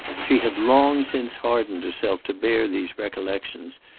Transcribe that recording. she had long since hardened herself to bear these recollections,